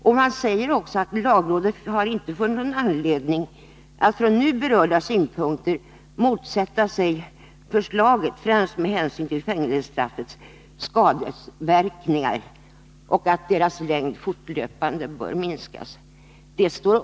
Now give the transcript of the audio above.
Men i lagrådets uttalande står det också att man inte har funnit någon anledning att från nu berörda synpunkter motsätta sig förslaget, ffrämst med hänsyn till fängelsestraffens skadeverkningar och till att deras längd fortlöpande bör minskas.